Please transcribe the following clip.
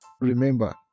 Remember